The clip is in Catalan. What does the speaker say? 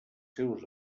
seus